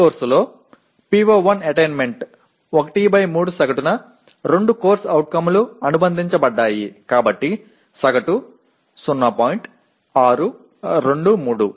இப்போது இந்த பாடத்திட்டத்தில் PO1 ஐ அடைவது 13 சராசரி கோப்பிட்ட வலிமை 2 CO கள் தொடர்புடையவை